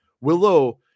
Willow